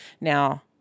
now